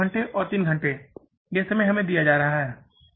यह हमें 2 घंटे और 3 घंटे के लिए दिया जाता है यह समय हमें दिया जाता है